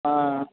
ఆ